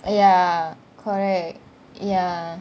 ya correct ya